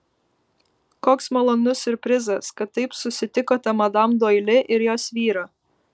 koks malonus siurprizas kad taip susitikote madam doili ir jos vyrą